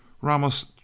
Ramos